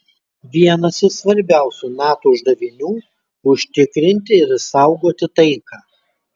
vienas iš svarbiausių nato uždavinių užtikrinti ir išsaugoti taiką